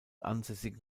ansässigen